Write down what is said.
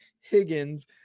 Higgins